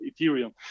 Ethereum